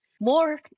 more